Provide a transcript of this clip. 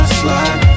slide